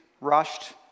rushed